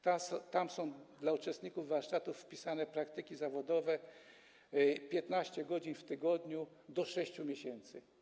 Tam są dla uczestników warsztatów wpisane praktyki zawodowe, 15 godzin w tygodniu, do 6 miesięcy.